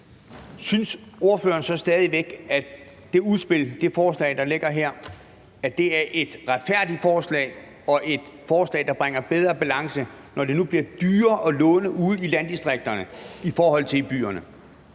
Synes ordføreren så stadig væk, at det udspil og det forslag, der ligger her, er et retfærdigt forslag og et forslag, der bringer bedre balance, når det nu bliver dyrere at låne ude i landdistrikterne i forhold til i byerne?